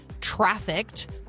trafficked